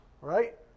Right